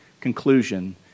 conclusion